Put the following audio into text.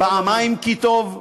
פעמיים "כי טוב",